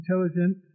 intelligent